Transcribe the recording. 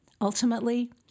Ultimately